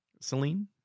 celine